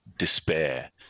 despair